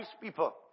people